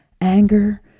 anger